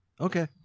Okay